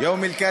(אומר בערבית: יום העמלים.)